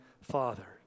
father